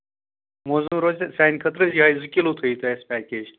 موزوٗن روزِ تیٚلہِ سانہِ خٲطرٕ یِہوٚے زٕ کِلوٗ تھٲیِو تُہۍ اَسہِ پیکیج